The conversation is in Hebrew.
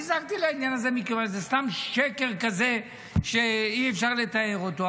נזעקתי לעניין הזה מכיוון שזה סתם שקר כזה שאי-אפשר לתאר אותו.